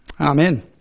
Amen